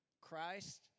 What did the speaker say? Christ